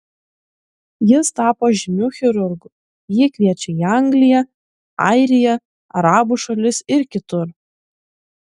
jis tapo žymiu chirurgu jį kviečia į angliją airiją arabų šalis ir kitur